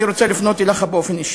אני רוצה לפנות אליך באופן אישי.